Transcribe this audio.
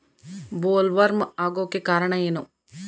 Bollworm ಆಗೋಕೆ ಕಾರಣ ಏನು?